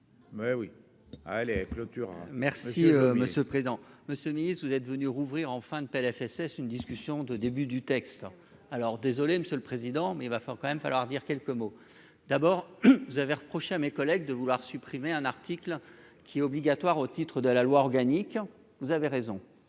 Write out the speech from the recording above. Mais oui ah clôture. Merci monsieur le président Monsieur Nice, vous êtes venue rouvrir en fin de PLFSS une discussion de début du texte, alors désolé monsieur le président, mais il va falloir quand même falloir dire quelques mots d'abord vous avez reproché à mes collègues de vouloir supprimer un article qui est obligatoire au titre de la loi organique, vous avez raison,